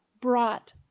brought